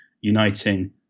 uniting